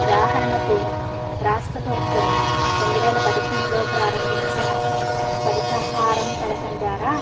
ఉదాహరణకు రాష్ట్ర ప్రభుత్వం రెండు వేల పదిహేనులో ప్రారంబించిన పరితహారం పథకం ద్వారా